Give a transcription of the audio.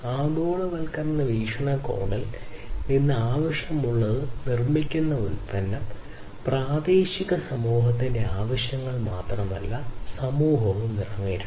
ആഗോളവൽക്കരണ വീക്ഷണകോണിൽ നിന്ന് ആവശ്യമുള്ളത് നിർമ്മിക്കുന്ന ഉൽപ്പന്നം പ്രാദേശിക സമൂഹത്തിന്റെ ആവശ്യങ്ങൾ മാത്രമല്ല അന്താരാഷ്ട്ര സമൂഹവും നിറവേറ്റണം